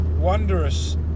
wondrous